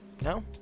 No